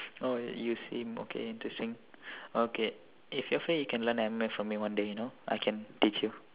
oh you seem okay teaching okay if you free you can learn M_M_A from me one day you know I can teach you